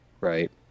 right